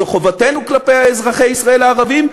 זו חובתנו כלפי אזרחי ישראל הערבים,